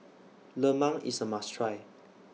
Lemang IS A must Try